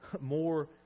more